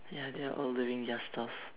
ya they are all doing their stuff